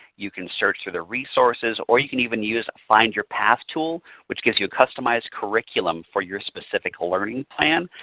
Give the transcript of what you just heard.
you can search through the resources or you can even use find your path tool which gives you a customized curriculum for your specific learning plan.